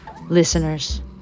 listeners